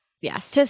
Yes